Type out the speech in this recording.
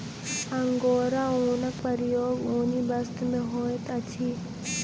angora ऊनक उपयोग ऊनी वस्त्र में होइत अछि